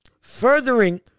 Furthering